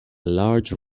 large